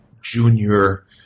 junior